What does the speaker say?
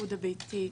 הסיעוד הביתי,